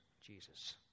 Jesus